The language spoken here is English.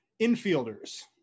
infielders